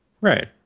Right